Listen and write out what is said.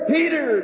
Peter